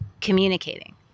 communicating